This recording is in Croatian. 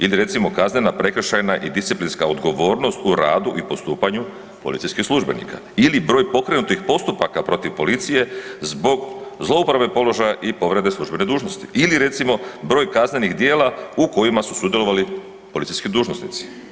Ili recimo kaznena, prekršajna i disciplinska odgovornost u radu i postupanju policijskih službenika ili broj pokrenutih postupaka protiv policije zbog zlouporabe položaja i povrede službene dužnosti ili recimo broj kaznenih djela u kojima su sudjelovali policijski dužnosnici.